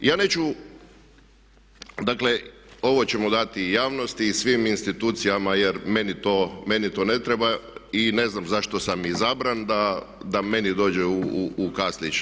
Ja neću, dakle ovo ćemo dati javnosti i svim institucijama jer meni to ne treba i ne znam zašto sam izabran da meni dođe u kaslić.